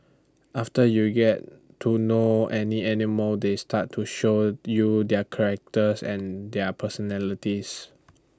after you get to know any animal they start to showed you their characters and their personalities